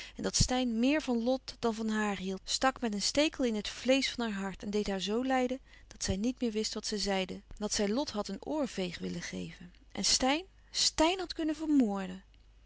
en dat steyn meer van lot dan van haar hield stak met een stekel in het vleesch van haar hart en deed haar zoo lijden dat zij niet meer wist wat zij zeide dat zij lot had een oorveeg willen geven en steyn steyn had kunnen vermorden